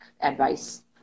advice